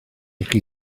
chi